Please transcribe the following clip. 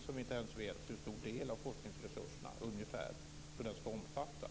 Vi vet ju inte ens hur stor del av forskningsresurserna som den ska omfatta.